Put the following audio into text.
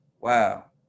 wow